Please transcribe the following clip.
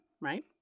Right